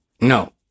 No